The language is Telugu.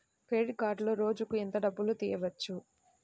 క్రెడిట్ కార్డులో రోజుకు ఎంత డబ్బులు తీయవచ్చు?